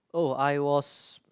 oh I was